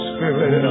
Spirit